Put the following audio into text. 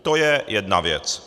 To je jedna věc.